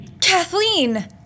Kathleen